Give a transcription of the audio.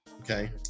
Okay